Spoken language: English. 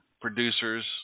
producers